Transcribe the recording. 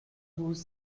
douze